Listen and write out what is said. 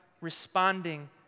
responding